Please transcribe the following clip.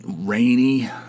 rainy